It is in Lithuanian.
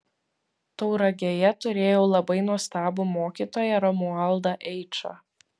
tauragėje turėjau labai nuostabų mokytoją romualdą eičą